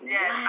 Yes